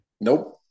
Nope